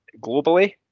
globally